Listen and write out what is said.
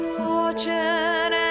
fortune